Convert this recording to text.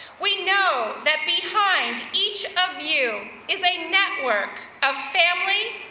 we know, that behind each of you is a network of family,